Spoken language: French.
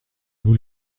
vous